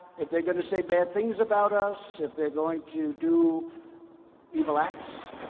if they're going to say bad things about us, if they're going to do evil acts,